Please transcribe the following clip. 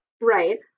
Right